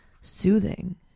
Soothing